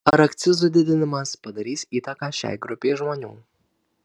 ar akcizų didinimas padarys įtaką šiai grupei žmonių